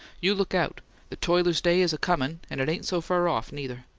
you look out the toiler's day is a-comin', and it ain't so fur off, neither!